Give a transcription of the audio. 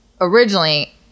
originally